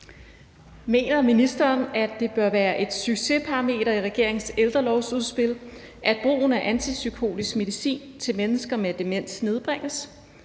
Mener ministeren, at det bør være et succesparameter i regeringens ældrelovsudspil, at brugen af antipsykotisk medicin til mennesker med demens nedbringes,